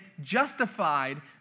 justified